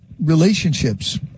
relationships